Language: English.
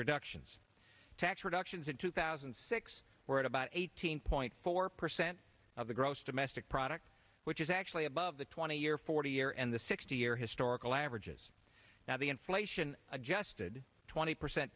reductions tax reductions in two thousand and six were at about eighteen point four percent of the gross domestic product which is actually above the twenty year forty year and the sixty year historical average is now the inflation adjusted twenty percent